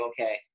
okay